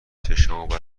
چشامو